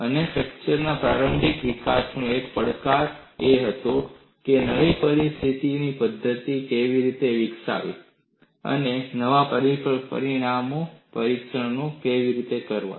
અને fracture mechanics ના પ્રારંભિક વિકાસમાં એક પડકાર એ હતો કે નવી પરીક્ષણ પદ્ધતિઓ કેવી રીતે વિકસાવવી અને નવા પરીક્ષણ નમૂનાઓ પણ